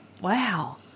Wow